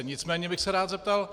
Nicméně bych se rád zeptal.